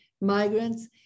migrants